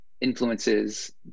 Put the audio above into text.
influences